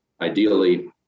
ideally